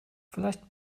vielleicht